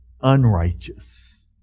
unrighteous